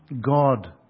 God